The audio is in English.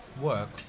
work